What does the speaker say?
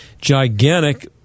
gigantic